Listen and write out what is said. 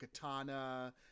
Katana